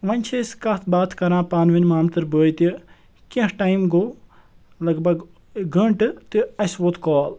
وۄنۍ چھِ أسۍ کَتھ باتھ کَران پانہٕ وٲنۍ مامتٕر بھٲے تہِ کیٚنٛہہ ٹایِم گوٚو لگ بھَگ گھٲنٛٹہٕ تہٕ اسہِ ووٗت کال